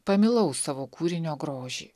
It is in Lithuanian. pamilau savo kūrinio grožį